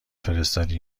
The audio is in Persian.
فرستادی